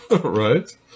Right